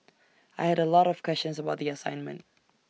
I had A lot of questions about the assignment